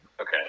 Okay